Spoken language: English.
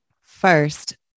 first